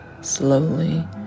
slowly